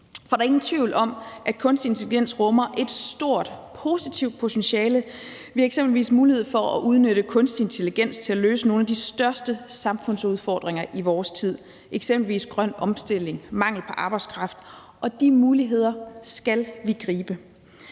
For der er ingen tvivl om, at kunstig intelligens rummer et stort positivt potentiale. Vi har eksempelvis mulighed for at udnytte kunstig intelligens til at løse nogle af de største samfundsudfordringer i vores tid, eksempelvis grøn omstilling og mangel på arbejdskraft, og de muligheder skal vi gribe.